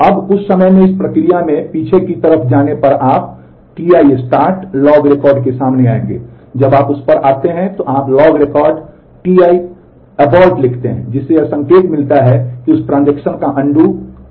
अब कुछ समय में इस प्रक्रिया में पीछे की तरफ जाने पर आप Ti start log record के सामने आएंगे जब आप उस पार आते हैं तो आप लॉग रिकॉर्ड T1 abort लिखते हैं जिससे यह संकेत मिलता है कि उस ट्रांजेक्शन खत्म हो गया है